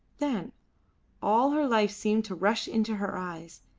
then all her life seemed to rush into her eyes,